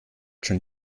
schon